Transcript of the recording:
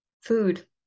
food